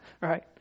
right